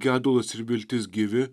gedulas ir viltis gyvi